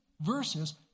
verses